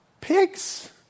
Pigs